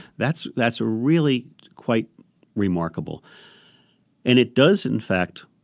that's that's really quite remarkable and it does in fact,